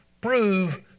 prove